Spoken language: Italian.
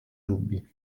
dubbi